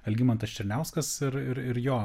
algimantas černiauskas ir ir jo